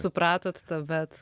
supratot tuomet